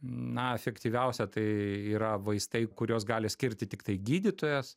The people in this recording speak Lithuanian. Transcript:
na efektyviausia tai yra vaistai kuriuos gali skirti tiktai gydytojas